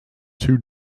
two